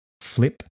flip